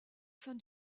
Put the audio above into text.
fin